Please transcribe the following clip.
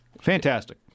Fantastic